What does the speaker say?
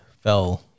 fell